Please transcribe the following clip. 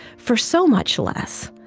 for so much less,